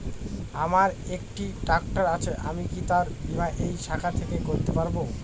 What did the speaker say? আমার একটি ট্র্যাক্টর আছে আমি কি তার বীমা এই শাখা থেকে করতে পারব?